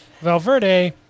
Valverde